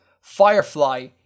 Firefly